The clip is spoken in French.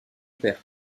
père